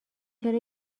چرا